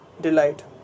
Delight